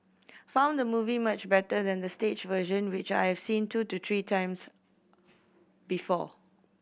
found the movie much better than the stage version which I seen two to three times before